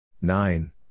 Nine